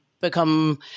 become